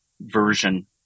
Version